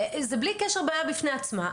זה, בלי קשר, בעיה בפני עצמה.